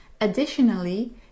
Additionally